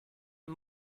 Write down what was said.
een